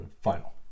final